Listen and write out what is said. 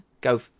go